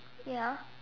ya